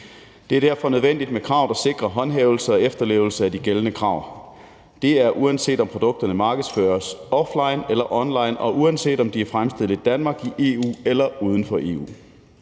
Det er derfor nødvendigt med krav, der sikrer håndhævelse og efterlevelse af de gældende krav. Det er, uanset om produkterne markedsføres offline eller online, og uanset om de er fremstillet i Danmark, EU eller uden for EU.